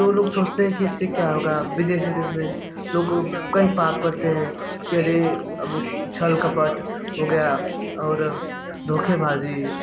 जो लोग सोचते हैं कि इससे क्या होगा विदेश विदेश में लोगों को कई पाप करते हैं कि अरे अब छल कपट हो गया और धोखेबाजी